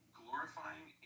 glorifying